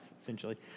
essentially